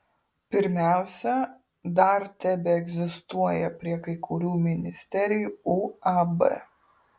pirmiausia dar tebeegzistuoja prie kai kurių ministerijų uab